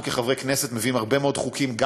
אנחנו כחברי כנסת מביאים הרבה מאוד חוקים,